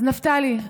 אז נפתלי,